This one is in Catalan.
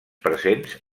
presents